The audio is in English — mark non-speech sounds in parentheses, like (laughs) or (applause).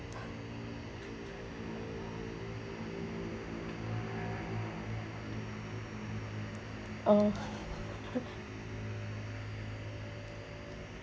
uh (laughs)